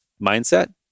mindset